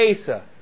Asa